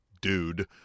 dude